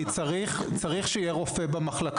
כי צריך שיהיה כל הזמן רופא במחלקה.